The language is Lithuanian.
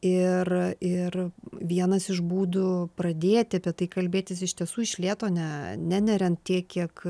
ir ir vienas iš būdų pradėti apie tai kalbėtis iš tiesų iš lėto ne neneriant tiek kiek